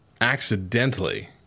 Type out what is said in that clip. accidentally